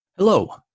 Hello